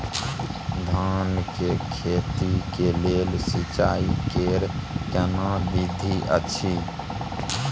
धान के खेती के लेल सिंचाई कैर केना विधी अछि?